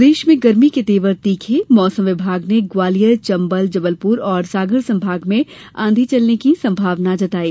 प्रदेश में गर्मी के तेवर तीखे मौसम विभाग ने ग्वालियर चंबल जबलपुर और सागर संभाग में आंधी चलने की संभावना जताई